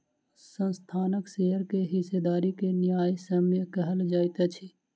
संस्थानक शेयर के हिस्सेदारी के न्यायसम्य कहल जाइत अछि